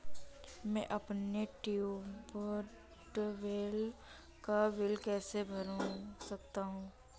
मैं अपने ट्यूबवेल का बिल कैसे भर सकता हूँ?